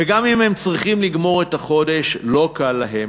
וגם אם הם צריכים לגמור את החודש לא קל להם,